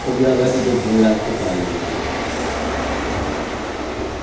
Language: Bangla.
ছবি আঁকা ঠিক এ ধরে রাখতে পারি নি আর কি